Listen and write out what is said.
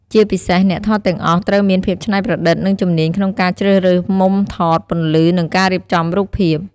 ជាពិសេស អ្នកថតទាំងអស់ត្រូវមានភាពច្នៃប្រឌិត និងជំនាញក្នុងការជ្រើសរើសមុំថត ពន្លឺ និងការរៀបចំរូបភាព។